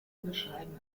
beschreiben